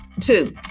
two